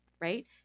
right